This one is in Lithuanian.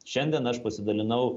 šiandien aš pasidalinau